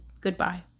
goodbye